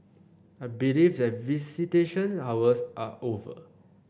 I believe that visitation hours are over